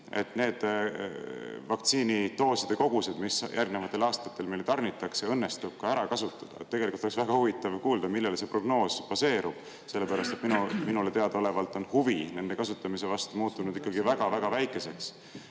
et need vaktsiinidooside kogused, mis järgnevatel aastatel meile tarnitakse, õnnestub ka ära kasutada. Tegelikult oleks väga huvitav kuulda, millel see prognoos baseerub. Minule teada olevalt on huvi nende kasutamise vastu muutunud ikkagi väga väikeseks.